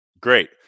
great